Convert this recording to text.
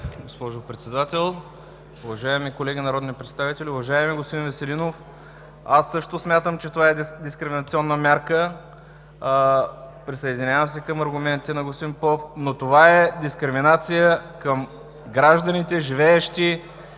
госпожо Председател. Уважаеми колеги народни представители! Уважаеми господин Веселинов, аз също смятам, че това е дискриминационна мярка. Присъединявам се към аргументите на господин Попов, но това е дискриминация към гражданите, живеещи в чужбина,